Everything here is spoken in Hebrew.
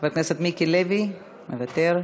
חבר הכנסת מיקי לוי, מוותר.